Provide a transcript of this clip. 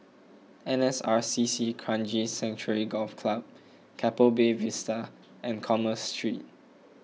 N S R C C Kranji Sanctuary Golf Club Keppel Bay Vista and Commerce Street